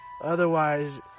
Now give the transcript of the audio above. Otherwise